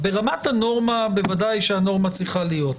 ברמת הנורמה, ודאי שהנורמה צריכה להיות.